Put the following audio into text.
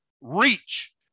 reach